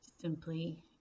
Simply